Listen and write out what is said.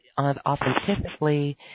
authentically